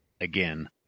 again